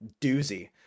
doozy